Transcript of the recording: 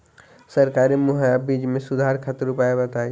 सरकारी मुहैया बीज में सुधार खातिर उपाय बताई?